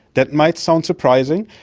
that might sound surprising,